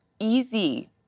easy